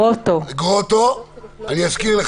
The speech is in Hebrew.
תקריא בבקשה את התקנות האחרונות ואז נחדש אתו את הקו.